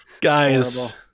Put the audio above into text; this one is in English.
guys